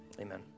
Amen